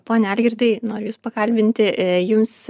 pone algirdai noriu jus pakalbinti jums